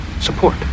Support